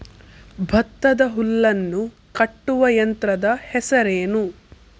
ಭತ್ತದ ಹುಲ್ಲನ್ನು ಕಟ್ಟುವ ಯಂತ್ರದ ಹೆಸರೇನು?